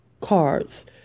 cards